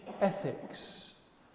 ethics